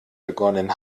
begonnen